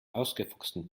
ausgefuchsten